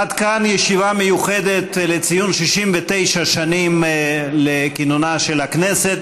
עד כאן ישיבה מיוחדת לציון 69 שנים לכינונה של הכנסת.